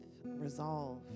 resolve